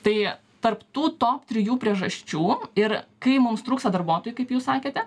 tai tarp tų top trijų priežasčių ir kai mums trūksta darbuotojų kaip jūs sakėte